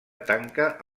tanca